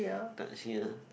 touch here